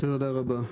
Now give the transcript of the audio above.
תודה רבה.